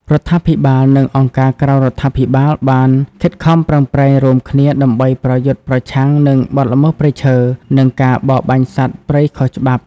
រដ្ឋាភិបាល និងអង្គការក្រៅរដ្ឋាភិបាលបានខិតខំប្រឹងប្រែងរួមគ្នាដើម្បីប្រយុទ្ធប្រឆាំងនឹងបទល្មើសព្រៃឈើ និងការបរបាញ់សត្វព្រៃខុសច្បាប់។